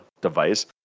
device